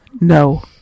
No